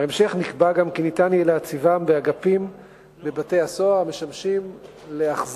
בהמשך נקבע גם כי יהיה אפשר להציבם באגפים בבתי-הסוהר המשמשים להחזקת